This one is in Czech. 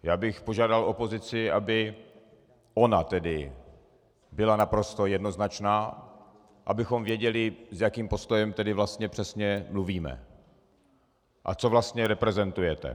Já bych požádal opozici, aby ona tedy byla naprosto jednoznačná, abychom věděli, s jakým postojem tedy vlastně přesně mluvíme a co vlastně reprezentujete.